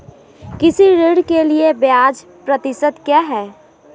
कृषि ऋण के लिए ब्याज प्रतिशत क्या है?